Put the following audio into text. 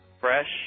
fresh